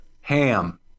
ham